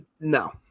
No